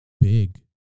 big